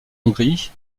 hongrie